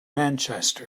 manchester